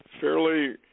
fairly